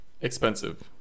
Expensive